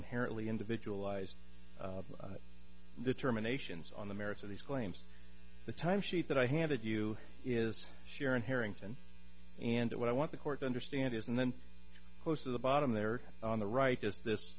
inherently individualized determinations on the merits of these claims the time sheet that i handed you is sharon harrington and what i want the court to understand is and then close of the bottom there on the right is this